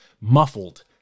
muffled